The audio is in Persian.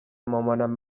مامانم